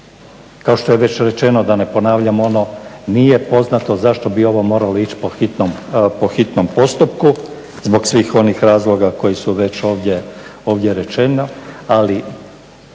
Kao što je već rečeno da ne ponavljam ono nije poznato zašto bi ovo moralo ići po hitnom postupku zbog svih onih razloga koji su već ovdje rečeni, ali